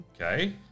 Okay